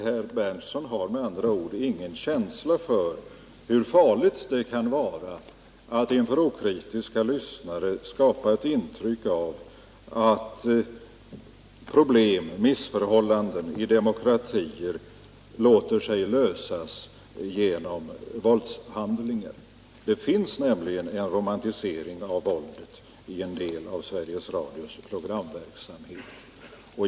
Herr Berndtson har med andra ord ingen känsla för hur farligt det kan vara att inför okritiska lyssnare skapa ett intryck av att problem och missförhållanden i en demokrati låter sig lösas med våldshandlingar. Det finns nämligen en romantisering av våldet i en del av Sveriges Radios program.